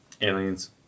Aliens